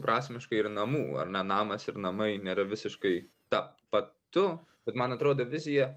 prasmiškai ir namų ar ne namas ir namai nėra visiškai tapatu bet man atrodo vizija